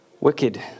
wicked